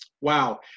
Wow